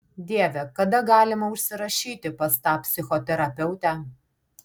dieve kada galima užsirašyti pas tą psichoterapeutę